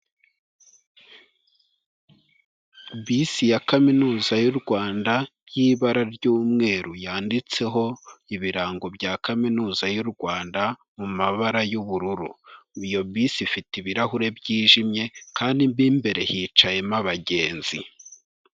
Bisi ya Kaminuza y'u Rwanda y'ibara ry'umweru yanditseho ibirango bya Kaminuza y'u Rwanda mu mabara y'ubururu, iyo bisi ifite ibirahure byijimye kandi mo imbere hicayemo abagenzi.